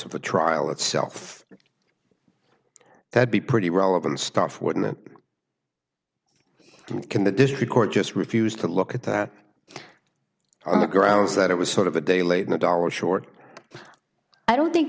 of the trial itself that be pretty relevant stuff wouldn't do it can the district court just refused to look at that on the grounds that it was sort of a day late and a dollar short i don't think